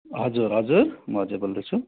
हजुर हजुर म अजय बोल्दैछु